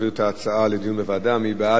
מי בעד, מי נגד, נקיים הצבעה.